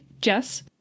Jess